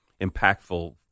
impactful